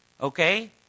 okay